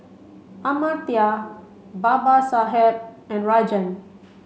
Amartya Babasaheb and Rajan